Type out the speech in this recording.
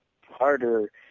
harder